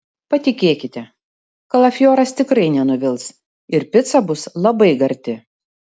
patikėkite kalafioras tikrai nenuvils ir pica bus labai gardi